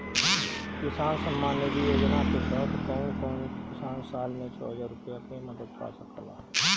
किसान सम्मान निधि योजना के तहत कउन कउन किसान साल में छह हजार रूपया के मदद पा सकेला?